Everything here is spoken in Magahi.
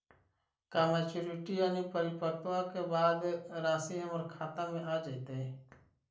का मैच्यूरिटी यानी परिपक्वता के बाद रासि हमर खाता में आ जइतई?